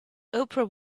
oprah